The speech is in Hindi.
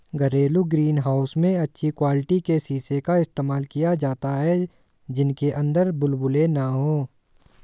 घरेलू ग्रीन हाउस में अच्छी क्वालिटी के शीशे का इस्तेमाल किया जाता है जिनके अंदर बुलबुले ना हो